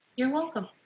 you're welcome.